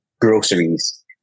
groceries